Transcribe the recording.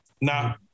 Now